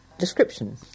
description